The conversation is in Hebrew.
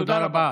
תודה רבה.